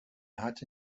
hatte